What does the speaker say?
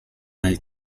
nel